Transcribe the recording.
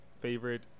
favorite